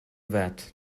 that